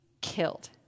killed